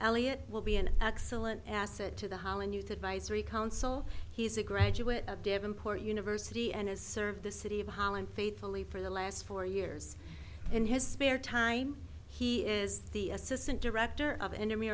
elliott will be an excellent asset to the holland youth advisory council he's a graduate of devonport university and is serve the city of holland faithfully for the last four years in his spare time he is the assistant director of enemy